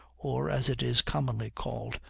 or, as it is commonly called,